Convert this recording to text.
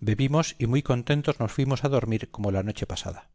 bebimos y muy contentos nos fuimos a dormir como la noche pasada